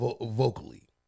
vocally